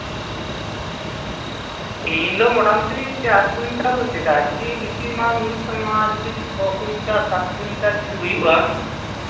ᱤᱧ ᱫᱚ ᱢᱳᱴᱟᱢᱩᱴᱤ ᱪᱟᱨ ᱠᱩᱭᱱᱴᱟᱞ ᱫᱚ ᱪᱮᱫᱟᱜ ᱡᱩᱫᱤ ᱵᱮᱥᱤ ᱢᱟᱞ ᱦᱩᱭᱩᱜ ᱛᱟᱢᱟ ᱡᱩᱫᱤ ᱪᱷᱚᱭ ᱠᱩᱭᱱᱴᱟᱞ ᱥᱟᱛ ᱠᱩᱭᱱᱴᱟᱞ ᱡᱩᱫᱤ ᱦᱩᱭᱩᱜᱼᱟ